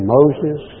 Moses